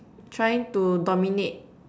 trying to dominate